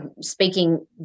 speaking